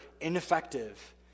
ineffective